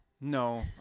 No